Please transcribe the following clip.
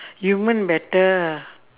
human better